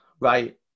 right